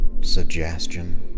suggestion